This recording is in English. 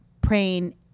praying